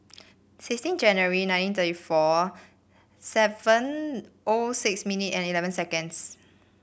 sixteen January nineteen thirty four seven O six minute and eleven seconds